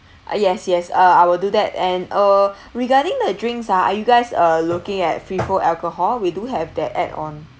ah yes yes uh I will do that and uh regarding the drinks ah are you guys uh looking at free flow alcohol we do have that add on